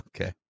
Okay